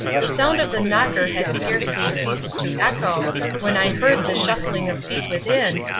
the sound of the knocker had scarcely ceased to echo when i heard the shuffling of feet within,